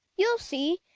you'll see,